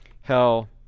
hell